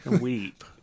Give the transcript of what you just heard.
Weep